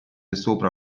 sopra